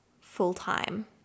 full-time